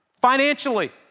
financially